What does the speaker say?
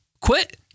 quit